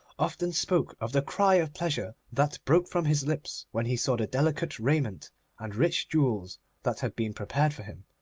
often spoke of the cry of pleasure that broke from his lips when he saw the delicate raiment and rich jewels that had been prepared for him,